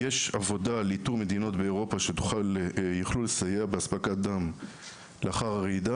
יש עבודה לאיתור מדינות באירופה שיוכלו לסייע באספקת דם לאחר הרעידה.